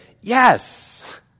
yes